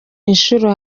inshuro